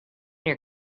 your